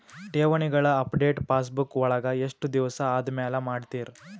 ಠೇವಣಿಗಳ update passbook ವಳಗ ಎಷ್ಟ ದಿವಸ ಆದಮೇಲೆ ಮಾಡ್ತಿರ್?